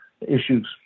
issues